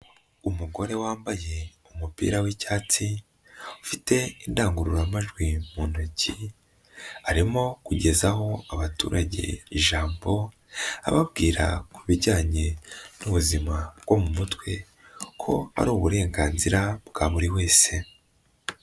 Umugore wambaye umupira w'icyatsi ufite indangururamajwi mu ntoki, arimo kugezaho abaturage ijambo, ababwira ku bijyanye n'ubuzima bwo mu mutwe ko ari uburenganzira bwa buri wese.